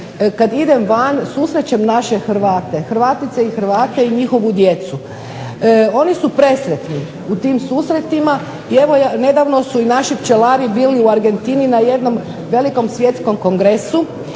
kad idem van susrećem naše Hrvate, Hrvatice i Hrvate i njihovu djecu. Oni su presretni u tim susretima i evo i nedavno su i naši pčelari bili u Argentini na jednom velikom svjetskom kongresu.